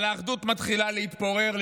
אבל האחדות מתחילה להתפורר.